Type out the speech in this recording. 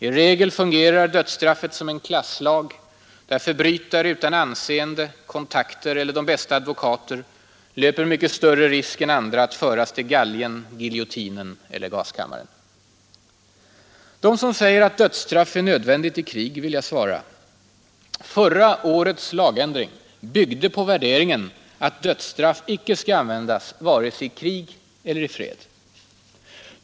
I regel fungerar dödsstraffet som en klasslag där förbrytare utan anseende, kontakter eller de bästa advokater löper mycket större risk än andra att föras till galgen, giljotinen eller gaskammaren. Dem som säger att dödsstraff är nödvändigt i krig vill jag svara: förra årets lagändring byggde på värderingen att dödsstraff icke skall användas vare sig i fred eller i krig.